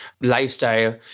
lifestyle